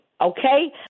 okay